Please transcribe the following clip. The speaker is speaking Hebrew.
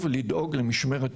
לוועדות.